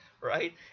right